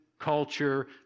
culture